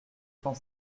cent